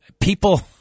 People